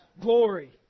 Glory